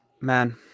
Man